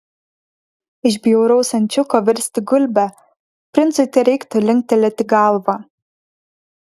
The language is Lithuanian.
iš bjauraus ančiuko virsti gulbe princui tereikėtų linktelėti galvą